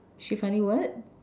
she finally what